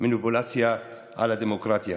מניפולציה על הדמוקרטיה.